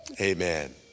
Amen